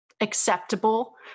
acceptable